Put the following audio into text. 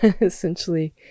essentially